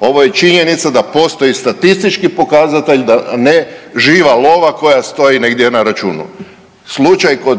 Ovo je činjenica da postoji statistički pokazatelj da ne živa lova koja stoji negdje na računu. Slučaj kod